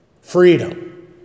freedom